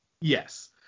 Yes